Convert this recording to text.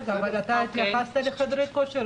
אבל התייחסת לחדרי כושר?